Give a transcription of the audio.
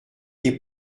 des